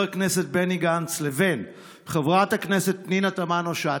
הכנסת בני גנץ לבין חברת הכנסת פנינה תמנו שטה,